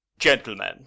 gentlemen